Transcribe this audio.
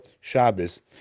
Shabbos